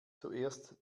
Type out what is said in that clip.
zuerst